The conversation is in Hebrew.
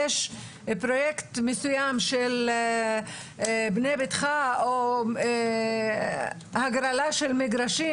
אם יש פרויקט מסוים של בנה ביתך או הגרלה של מגרשים,